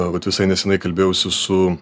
vat visai neseniai kalbėjausi su